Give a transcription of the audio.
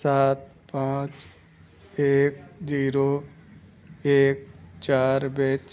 ਸਾਤ ਪੰਜ ਇੱਕ ਜ਼ੀਰੋ ਇੱਕ ਚਾਰ ਵਿੱਚ